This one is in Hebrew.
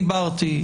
דיברתי,